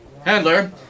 Handler